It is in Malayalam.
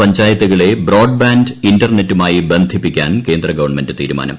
പഞ്ചായത്തുകളെ ്ബ്രോഡ്ബാന്റ് ഇന്റർനെറ്റുമായി ബന്ധിപ്പിക്കാൻ ക്ട്രേന്ദ്ര ഗവൺമെന്റ് തീരുമാനം